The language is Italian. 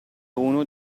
uno